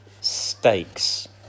stakes